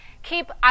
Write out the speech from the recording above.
Keep